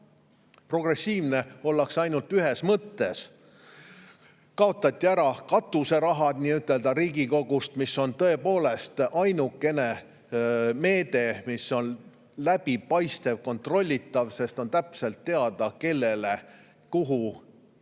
progressiivne ollakse ainult ühes mõttes: kaotati ära nii-öelda katuserahad Riigikogust, mis on tõepoolest ainukene meede, mis on läbipaistev ja kontrollitav, sest on täpselt teada, kellele ja kuhu